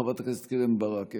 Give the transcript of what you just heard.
חברת הכנסת קרן ברק,